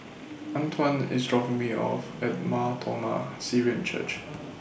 Antwan IS dropping Me off At Mar Thoma Syrian Church